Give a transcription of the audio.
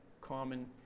common